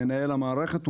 למנהל המערכת.